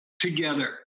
together